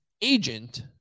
agent